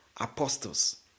Apostles